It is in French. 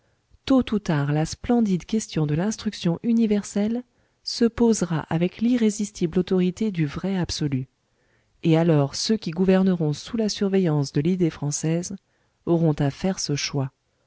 tôt ou tard la splendide question de l'instruction universelle se posera avec l'irrésistible autorité du vrai absolu et alors ceux qui gouverneront sous la surveillance de l'idée française auront à faire ce choix